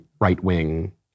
right-wing